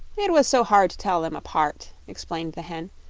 it was so hard to tell them apart, explained the hen.